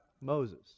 Moses